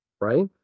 Right